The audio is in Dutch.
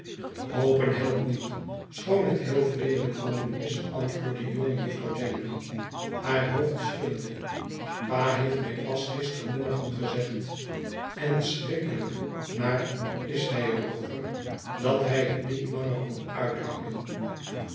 hopen helpt niet schoon het heel vriendelijk van u is antwoordde jonge jufvrouw jellyby haar hoofd schuddende pa heeft mij pas gistermorgen gezegd en schrikkelijk naar is hij er over dat hij het niet langer kon uithouden